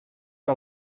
que